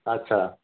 ଆଚ୍ଛା